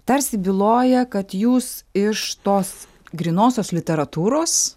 tarsi byloja kad jūs iš tos grynosios literatūros